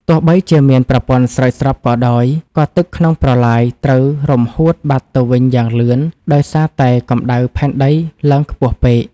ទោះបីជាមានប្រព័ន្ធស្រោចស្រពក៏ដោយ ក៏ទឹកក្នុងប្រឡាយត្រូវរំហួតបាត់ទៅវិញយ៉ាងលឿនដោយសារតែកម្ដៅផែនដីឡើងខ្ពស់ពេក។